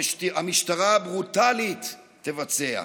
המשטרה הברוטלית תבצע.